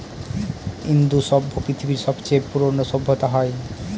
ইন্দু সভ্য পৃথিবীর সবচেয়ে পুরোনো সভ্যতা হয়